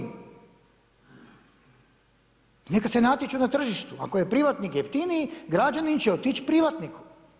Neka se natječu na tržištu, ako je privatnih jeftiniji, građanin će otići privatniku.